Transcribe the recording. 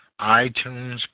iTunes